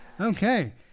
okay